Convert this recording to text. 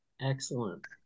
Excellent